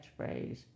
catchphrase